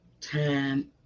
time